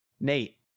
Nate